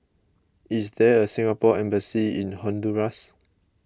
is there a Singapore Embassy in Honduras